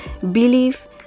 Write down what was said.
belief